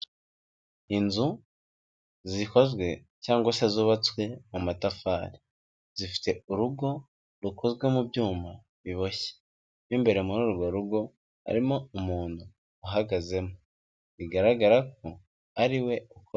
Inzu zikozwe cyangwa se zubatswe mu matafari, zifite urugo rukozwe mu byuma biboshye, mo imbere muri urwo rugo harimo umuntu uhagazemo bigaragara ko ariwe uha...